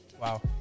Wow